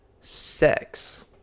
sex